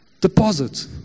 deposit